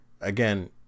again